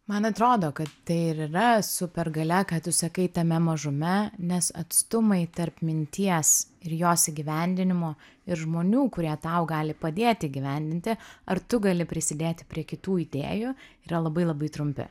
man atrodo kad tai ir yra supergalia ką tu sakai tame mažume nes atstumai tarp minties ir jos įgyvendinimo ir žmonių kurie tau gali padėti įgyvendinti ar tu gali prisidėti prie kitų idėjų yra labai labai trumpi